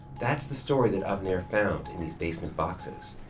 that's the story that avner found in these basement boxes.